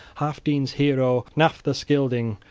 healfdene's hero, hnaef the scylding,